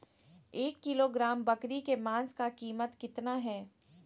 एक किलोग्राम बकरी के मांस का कीमत कितना है?